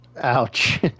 Ouch